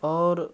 आओर